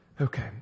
Okay